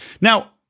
Now